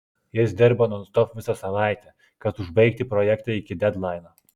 jis dirbo nonstop visą savaitę kad užbaigti projektą iki dedlaino